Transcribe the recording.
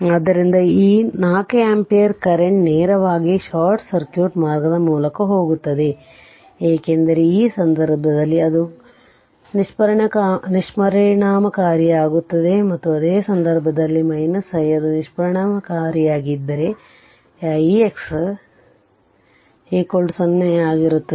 ಆದ್ದರಿಂದ ಈ 4 ampere current ನೇರವಾಗಿ ಶಾರ್ಟ್ ಸರ್ಕ್ಯೂಟ್ ಮಾರ್ಗದ ಮೂಲಕ ಹೋಗುತ್ತದೆ ಏಕೆಂದರೆ ಈ ಸಂದರ್ಭದಲ್ಲಿ ಅದು ನಿಷ್ಪರಿಣಾಮಕಾರಿಯಾಗಿರುತ್ತದೆ ಮತ್ತು ಅದು ಅದೇ ಸಂದರ್ಭದಲ್ಲಿ i ಅದು ನಿಷ್ಪರಿಣಾಮಕಾರಿಯಾಗಿದ್ದರೆ ಈ ix 0 ಆಗಿರುತ್ತದೆ